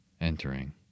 Entering